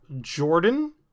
Jordan